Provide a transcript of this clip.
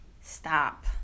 stop